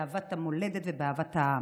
באהבת המולדת ובאהבת העם.